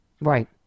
Right